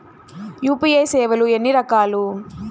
UPI సేవలు ఎన్నిరకాలు?